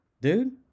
dude